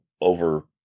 over